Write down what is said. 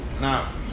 Now